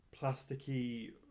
plasticky